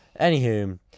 Anywho